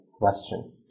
question